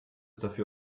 dafür